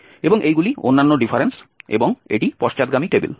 এবং এইগুলি অন্যান্য ডিফারেন্স এবং এটি পশ্চাৎগামী টেবিল